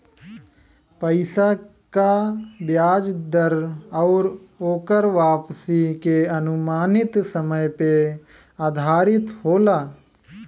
पइसा क बियाज दर आउर ओकर वापसी के अनुमानित समय पे आधारित होला